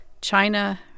China